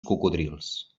cocodrils